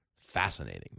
Fascinating